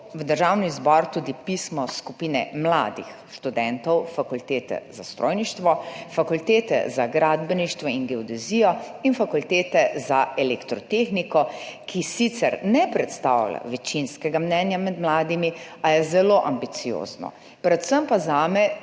je prišlo tudi pismo skupine mladih študentov Fakultete za strojništvo, Fakultete za gradbeništvo in geodezijo in Fakultete za elektrotehniko, ki sicer ne predstavlja večinskega mnenja med mladimi, a je zelo ambiciozno, predvsem pa zame